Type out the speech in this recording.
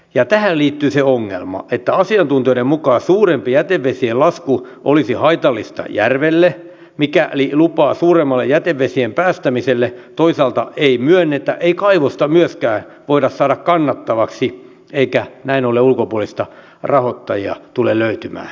ja tähän liittyy se ongelma että asiantuntijoiden mukaan suurempi jätevesien lasku olisi haitallista järvelle mutta mikäli lupaa suuremmalle jätevesien päästämiselle toisaalta ei myönnetä ei kaivosta myöskään voida saada kannattavaksi eikä näin ollen ulkopuolista rahoittajaa tule löytymään